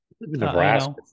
Nebraska